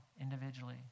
individually